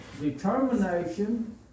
Determination